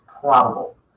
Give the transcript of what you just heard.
probable